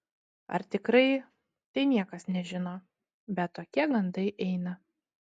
ar tikrai tai niekas nežino bet tokie gandai eina